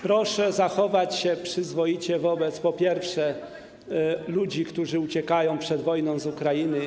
Proszę zachować się przyzwoicie wobec, po pierwsze, ludzi, którzy uciekają przed wojną z Ukrainy.